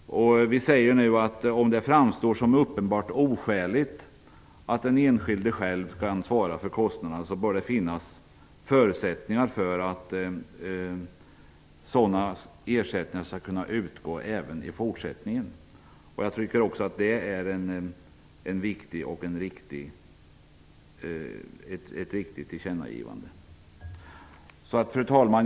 Vi säger nu att om det framstår som uppenbart oskäligt att den enskilde själv skall svara för kostnaderna, bör det finnas förutsättningar för att sådana ersättningar skall kunna utgå även i fortsättningen. Jag tycker också att det är ett viktigt och ett riktigt tillkännagivande. Fru talman!